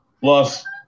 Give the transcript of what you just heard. plus